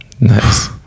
Nice